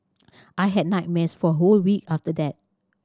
I had nightmares for a whole week after that